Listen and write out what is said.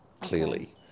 clearly